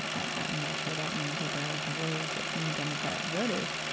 i'm not sure that means that there are droves of new democratic voters,